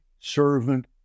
Servant